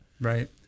Right